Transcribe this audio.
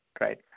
right